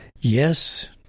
yes